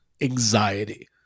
anxiety